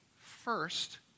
first